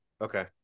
Okay